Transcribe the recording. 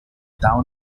town